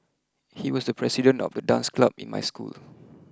he was the president of the dance club in my school